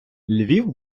львів